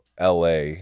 LA